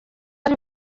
ari